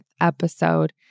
episode